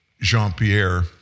Jean-Pierre